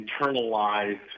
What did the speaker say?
internalized